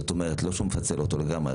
זאת אומרת, לא מפצל אותו לגמרי.